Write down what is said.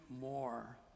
more